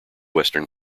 western